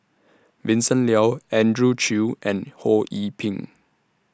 Vincent Leow Andrew Chew and Ho Yee Ping